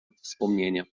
wspomnienia